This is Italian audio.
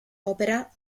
opera